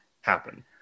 happen